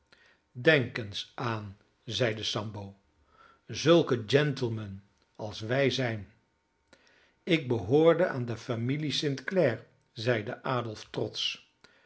denk eens aan zeide sambo zulke gentlemen als wij zijn ik behoorde aan de familie st clare zeide adolf trotsch